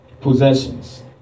Possessions